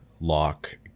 lock